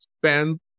spend